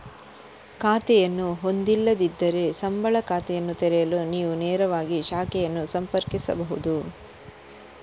ಖಾತೆಯನ್ನು ಹೊಂದಿಲ್ಲದಿದ್ದರೆ, ಸಂಬಳ ಖಾತೆಯನ್ನು ತೆರೆಯಲು ನೀವು ನೇರವಾಗಿ ಶಾಖೆಯನ್ನು ಸಂಪರ್ಕಿಸಬಹುದು